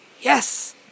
Yes